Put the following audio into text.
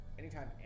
anytime